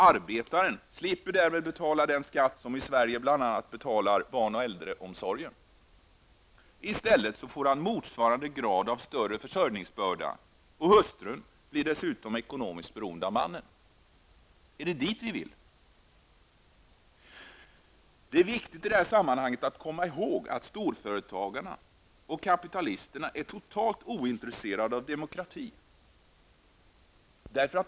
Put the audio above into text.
Arbetaren slipper därmed betala den skatt som i Sverige betalar bl.a. barn och äldreomsorgen. I stället får han i motsvarande grad större försörjningsbörda och hustrun blir dessutom ekonomiskt beroende av mannen. Är det dit vi vill nå? I det här sammanhanget är det viktigt att komma ihåg att storföretagarna och kapitalisterna är totalt ointresserade av demokrati.